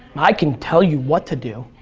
i can tell you what to do.